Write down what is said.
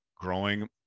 Growing